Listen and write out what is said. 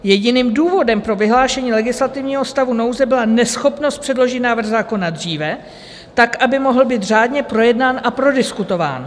Jediným důvodem pro vyhlášení legislativního stavu nouze byla neschopnost předložit návrh zákona dříve, tak aby mohl být řádně projednán a prodiskutován.